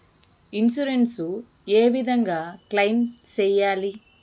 Insurance ఏ విధంగా claim సేయాలి?